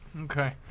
Okay